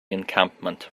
encampment